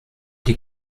die